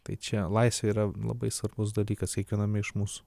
tai čia laisvė yra labai svarbus dalykas kiekviename iš mūsų